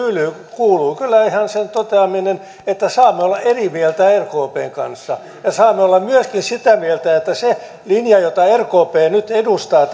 kuuluu kyllä ihan sen toteaminen että saamme olla eri mieltä rkpn kanssa ja saamme olla myöskin sitä mieltä että se linja jota rkp nyt edustaa